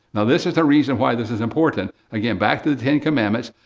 now, this is the reason why this is important. again, back to the ten commandments,